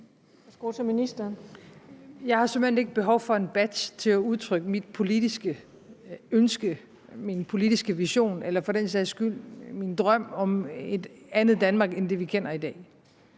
Jeg har såmænd ikke behov for en badge til at udtrykke mit politiske ønske, min politiske vision eller for den sags skyld min drøm om et andet Danmark end det, vi kender i dag.